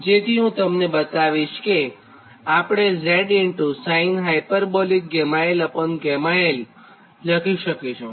જેથીહું તમને બતાવીશ કે આપણે Zsinh γl l લખી શકીશું